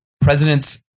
presidents